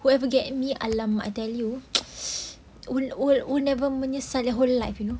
whoever get me !alamak! I tell you would would would never menyesal their whole life you know